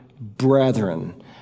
brethren